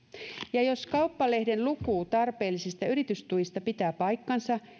ja jos kauppalehden luku tarpeellisista yritystuista pitää paikkansa